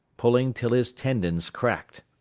pulling till his tendons cracked.